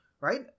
right